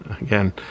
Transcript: again